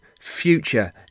future